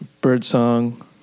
birdsong